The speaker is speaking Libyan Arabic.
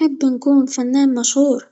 نحب نكون فنان مشهور؛